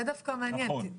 זה דווקא מעניין,